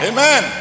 Amen